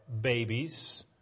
babies